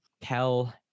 tell